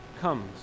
comes